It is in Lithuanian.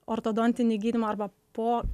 ortodontinį gydymą arba po